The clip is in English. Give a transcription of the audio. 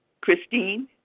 Christine